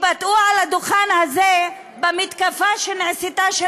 התבטאו על הדוכן הזה במתקפה שנעשתה,